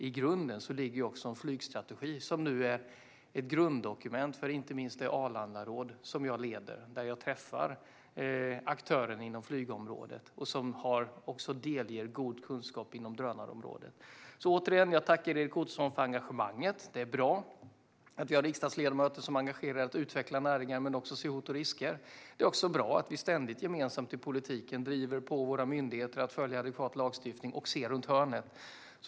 I grunden ligger dock även en flygstrategi, som nu är ett grunddokument för inte minst det Arlandaråd som jag leder. Där träffar jag aktörer inom flygområdet, som också delger god kunskap inom drönarområdet. Jag tackar återigen Erik Ottoson för engagemanget. Det är bra att det finns riksdagsledamöter som är engagerade i att utveckla näringar men som också ser hot och risker. Det är också bra att vi inom politiken ständigt och gemensamt driver på våra myndigheter att följa adekvat lagstiftning och ser runt hörnet.